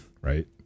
right